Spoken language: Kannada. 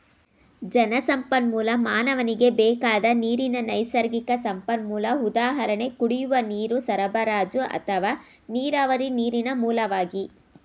ಜಲಸಂಪನ್ಮೂಲ ಮಾನವನಿಗೆ ಬೇಕಾದ ನೀರಿನ ನೈಸರ್ಗಿಕ ಸಂಪನ್ಮೂಲ ಉದಾಹರಣೆ ಕುಡಿಯುವ ನೀರು ಸರಬರಾಜು ಅಥವಾ ನೀರಾವರಿ ನೀರಿನ ಮೂಲವಾಗಿ